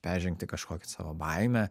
peržengti kažkokį savo baimę